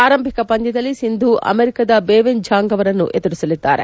ಆರಂಭಿಕ ಪಂದ್ಯದಲ್ಲಿ ಸಿಂಧು ಅಮೆರಿಕಾದ ಬೇವೆನ್ ಝಾಂಗ್ ಅವರನ್ನು ಎದುರಿಸಲಿದ್ದಾರೆ